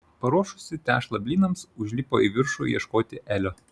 paruošusi tešlą blynams užlipo į viršų ieškoti elio